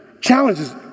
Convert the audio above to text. Challenges